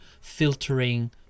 filtering